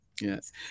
Yes